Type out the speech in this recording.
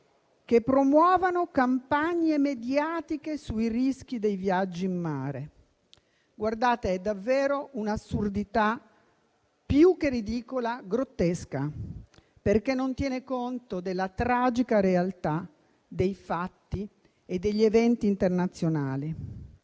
che promuovano campagne mediatiche sui rischi dei viaggi in mare. Onorevoli colleghi, è davvero un'assurdità grottesca, più che ridicola, perché non tiene conto della tragica realtà dei fatti e degli eventi internazionali.